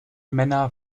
männer